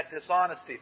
dishonesty